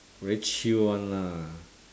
very chill [one] lah